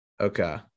Okay